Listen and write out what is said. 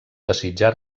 desitjar